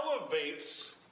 elevates